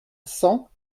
cent